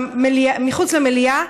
מחוץ למליאה,